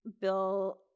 Bill